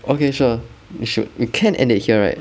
okay sure you should you can end it here right